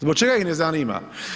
Zbog čega ih ne zanima?